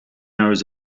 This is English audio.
hours